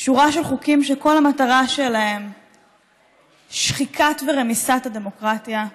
שורה של חוקים שכל המטרה שלהם שחיקת ורמיסת הדמוקרטיה,